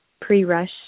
pre-rush